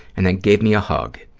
and then gave me a hug.